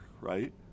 right